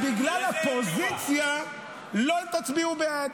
לזה אין תשובה.